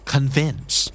Convince